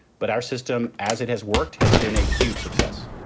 but our system as it has worked has been a huge success